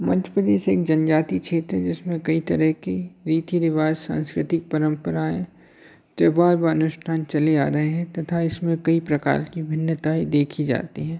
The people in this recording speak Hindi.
मध्य प्रदेश एक जनजाति क्षेत्र है जिसमें कई तरह के रीति रिवाज सांस्कृतिक परम्पराएँ त्यौहार व अनुष्ठान चले आ रहे हैं तथा इसमें कई प्रकार की भिन्नताएँ देखी जाती हैं